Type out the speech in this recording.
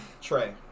Trey